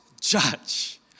judge